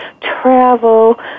Travel